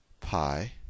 pi